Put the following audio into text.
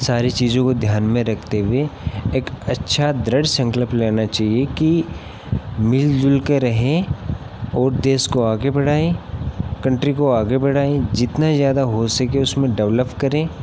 सारी चीज़ों को ध्यान में रखते हुए एक अच्छा दृढ़ संकल्प लेना चाहिए कि मिलजुल के रहें और देश को आगे बढ़ाएँ कन्ट्री को आगे बढ़ाएँ जितना ज्यादा हो सके उसमें डेवलप करें